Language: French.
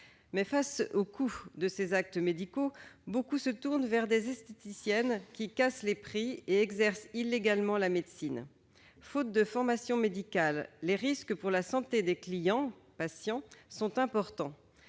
Mais, face au coût de ces actes médicaux, beaucoup se tournent vers des esthéticiennes, qui cassent les prix et exercent illégalement la médecine. Faute de formation médicale, les risques pour la santé des clients/patients sont importants.